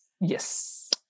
yes